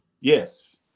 Yes